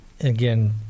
again